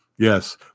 Yes